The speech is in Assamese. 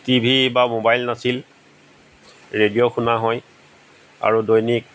টিভি বা ম'বাইল নাছিল ৰেডিঅ' শুনা হয় আৰু দৈনিক